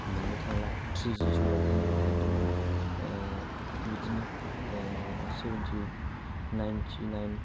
मोननो थांला थ्रिजि समाव जोङो मोनदोंमोन बिदिनो सेभेनटि नाइनटि नाइन